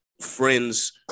friends